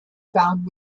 found